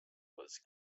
motto